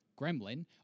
Gremlin